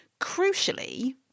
Crucially